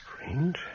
Strange